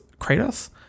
Kratos